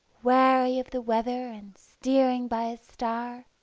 wary of the weather and steering by a star?